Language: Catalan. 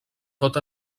tot